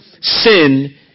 Sin